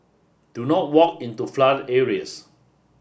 do not walk into flooded areas